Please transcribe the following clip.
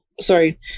sorry